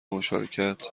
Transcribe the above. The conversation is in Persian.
مشارکت